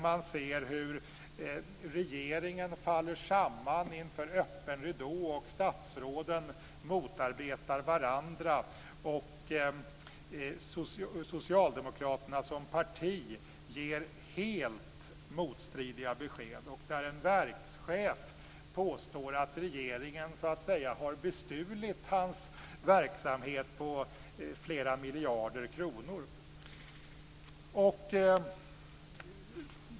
Man ser hur regeringen faller samman inför öppen ridå, och statsråden motarbetar varandra. Socialdemokraterna som parti ger helt motstridiga besked, och en verkschef påstår att regeringen så att säga har bestulit hans verksamhet på flera miljarder kronor.